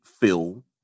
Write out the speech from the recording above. Phil